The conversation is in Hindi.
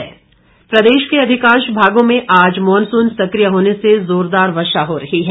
मौसम प्रदेश के अधिकांश भागों में आज मॉनसून सक्रिय होने से जोरदार वर्षा हो रही है